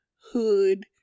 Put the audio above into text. hood